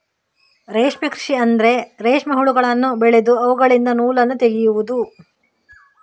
ರೇಷ್ಮೆ ಕೃಷಿ ಅಂದ್ರೆ ರೇಷ್ಮೆ ಹುಳಗಳನ್ನು ಬೆಳೆದು ಅವುಗಳಿಂದ ನೂಲನ್ನು ತೆಗೆಯುದು